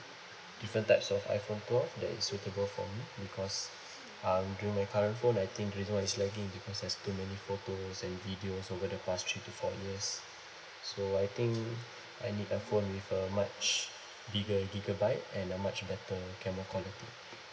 different types of iphone twelve that is suitable for me because uh during my current phone I think the reason why it's lagging is because there's too many photos and videos over the past three to four years so I think I need a phone with uh much bigger gigabyte and a much better camera quality